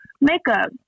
makeup